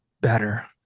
better